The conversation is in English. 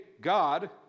God